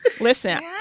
listen